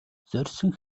зорьсон